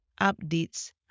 updates